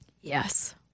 Yes